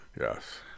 Yes